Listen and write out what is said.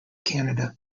canada